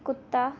ਕੁੱਤਾ